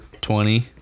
twenty